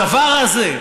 הדבר הזה,